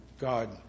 God